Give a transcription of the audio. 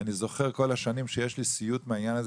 אני זוכר שכל השנים יש לי סיוט מהעניין הזה